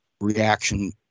reaction